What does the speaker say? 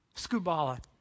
scubala